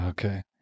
Okay